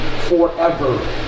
forever